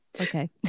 Okay